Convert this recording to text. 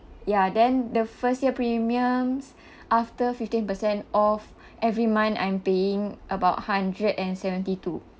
ya then the first year premiums after fifteen percent off every month I'm paying about hundred and seventy-two